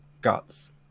guts